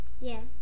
Yes